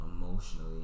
emotionally